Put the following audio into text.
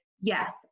yes